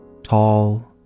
Tall